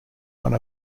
one